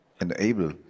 enable